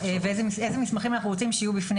איזה מסמכים אנחנו רוצים שיהיו בפני